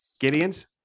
Gideon's